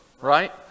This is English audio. right